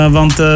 want